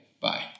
Bye